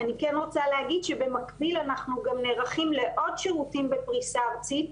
אני כן רוצה להגיד במקביל אנחנו גם נערכים לעוד שירותים בפריסה ארצית,